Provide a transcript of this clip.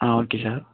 ah okay sir